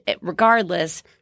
regardless